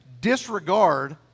disregard